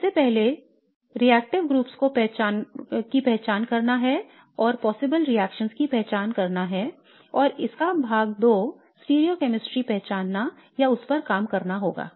सबसे पहले रिएक्शनशील समूहों की पहचान करना है और संभावित रिएक्शनओं की पहचान करना है और इसका भाग 2 स्टीरियोकैमिस्ट्री पहचानना या उस पर काम करना होगा